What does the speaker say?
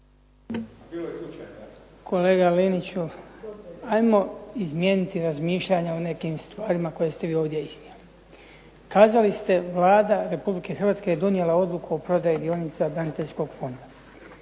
Kolega Liniću, ajmo izmijeniti razmišljanja o nekim stvarima koje ste vi ovdje iznijeli. Kazali ste Vlada Republike Hrvatske je donijela odluku o prodaji dionica braniteljskog fonda.